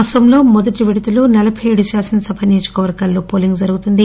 అనోంలో మొదటి విడతలో నలబై ఏడు కాసనసభ నియోజకవర్గాల్లో పోలింగ్ జరుగుతోంది